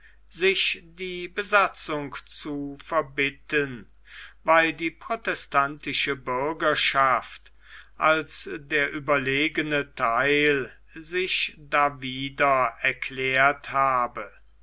sich die besatzung zu verbitten weil die protestantische bürgerschaft als der überlegene theil sich dawider erklärt habe